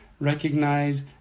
Recognize